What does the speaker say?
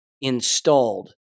installed